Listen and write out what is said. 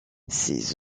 ces